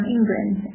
England